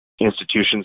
institutions